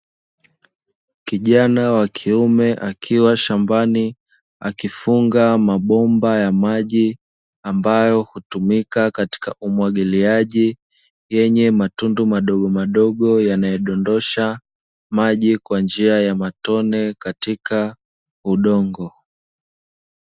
Kijana wa kiume akiwa shambani, akifunga mabomba ya maji, ambayo hutumika katika umwagiliaji, yenye matundu madogomadogo yanayodondosha maji kwa njia ya matone katika udongo.